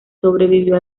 sobrevivió